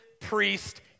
priest